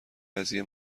قضیه